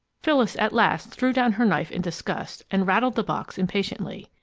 phyllis at last threw down her knife in disgust and rattled the box impatiently.